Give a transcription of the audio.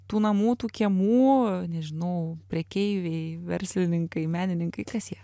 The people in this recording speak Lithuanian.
tų namų tų kiemų nežinau prekeiviai verslininkai menininkai kas jie